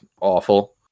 awful